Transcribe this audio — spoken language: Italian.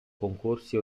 concorsi